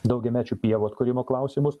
daugiamečių pievų atkūrimo klausimus